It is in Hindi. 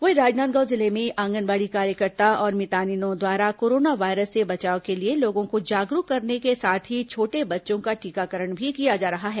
वहीं राजनांदगांव जिले में आंगनबाड़ी कार्यकर्ता और मितानिनों द्वारा कोरोना वायरस से बचाव के लिए लोगों को जागरूक करने के साथ ही छोटे बच्चों का टीकाकरण भी किया जा रहा है